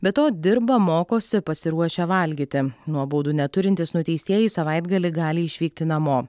be to dirba mokosi pasiruošia valgyti nuobaudų neturintys nuteistieji savaitgalį gali išvykti namo